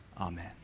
Amen